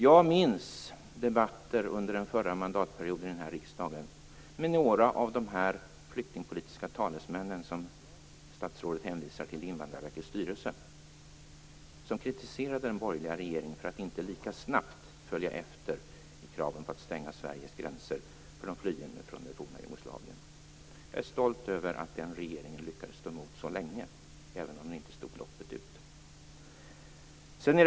Jag minns debatter under den förra mandatperioden i den här riksdagen där några av de flyktingpolitiska talesmän i Invandrarverkets styrelse som statsrådet hänvisar till kritiserade den borgerliga regeringen för att inte vara tillräckligt snabb när det gällde att följa kraven på att stänga Sveriges gränser för de flyende från det forna Jugoslavien. Jag är stolt över att den regeringen lyckades stå emot så länge, även om den inte stod loppet ut.